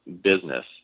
business